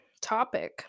topic